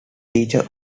teacher